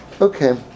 Okay